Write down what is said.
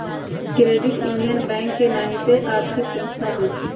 credit union bank के नाहिते आर्थिक संस्था होइ छइ